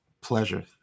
Pleasure